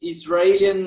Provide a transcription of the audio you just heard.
Israeli